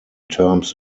terms